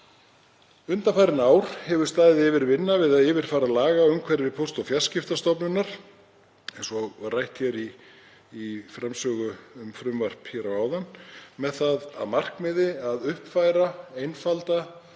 Undanfarin ár hefur staðið yfir vinna við að yfirfara lagaumhverfi Póst- og fjarskiptastofnunar, eins og rætt var í framsögu um frumvarp hér áðan, með það að markmiði að uppfæra, einfalda